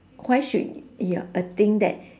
why should your a thing that